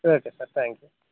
okay sir thank you